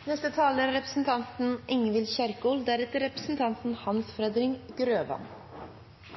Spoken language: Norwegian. Det har vært en debatt om meldingen som er framlagt. Jeg har hørt på representanten